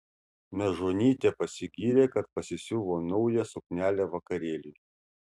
mežonytė pasigyrė kad pasisiuvo naują suknelę vakarėliui